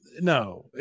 no